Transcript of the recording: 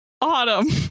autumn